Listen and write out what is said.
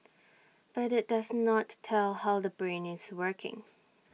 but IT does not tell how the brain is working